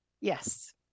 yes